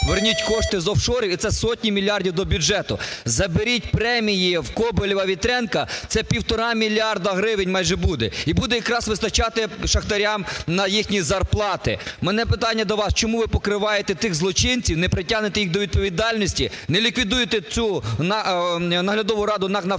верніть кошти з офшорів, і це сотні мільярдів до бюджету. Заберіть премії в Коболєва, Вітренка, це півтора мільярди гривень майже буде, і буде якраз вистачати шахтарям на їхні зарплати. В мене питання до вас. Чому ви покриваєте тих злочинців, не притягнете їх до відповідальності, не ліквідуєте цю наглядову раду НАК "Нафтогазу", яка